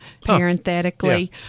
parenthetically